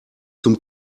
zum